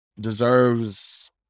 deserves